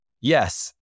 yes